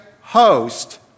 host